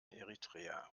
eritrea